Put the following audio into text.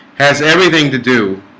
has everything to do